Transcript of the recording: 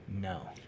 No